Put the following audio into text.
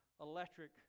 electric